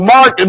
Mark